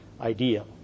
idea